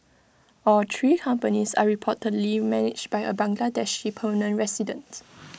all three companies are reportedly managed by A Bangladeshi permanent resident